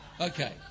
okay